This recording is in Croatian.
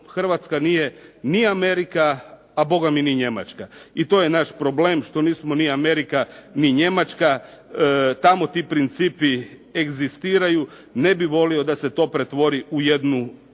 Hrvatska nije ni Amerika, a bogami ni Njemačka. I to je naš problem što nismo ni Amerika, ni Njemačka. Tamo ti principi egzistiraju. Ne bi volio da se to pretvori u jednu